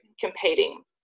competing